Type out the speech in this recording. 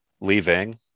Leaving